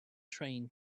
train